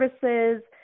services